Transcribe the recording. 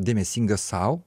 dėmesingas sau